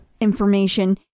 information